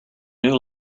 new